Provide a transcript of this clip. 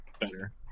better